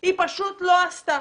היא לא עשתה.